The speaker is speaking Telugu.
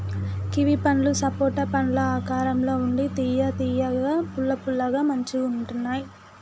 కివి పండ్లు సపోటా పండ్ల ఆకారం ల ఉండి తియ్య తియ్యగా పుల్ల పుల్లగా మంచిగుంటున్నాయ్